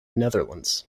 netherlands